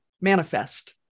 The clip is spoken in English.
manifest